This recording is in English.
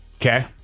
okay